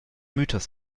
mythos